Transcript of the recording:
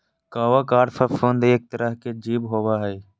कवक आर फफूंद एगो तरह के जीव होबय हइ